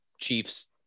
chief's